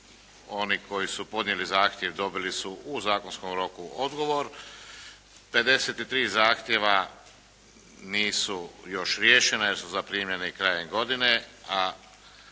Oni koji su podnijeli zahtjev dobili su u zakonskom roku odgovor. 53 zahtjeva nisu još riješena jer su zaprimljeni krajem godine,